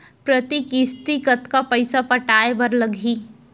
प्रति किस्ती कतका पइसा पटाये बर लागही?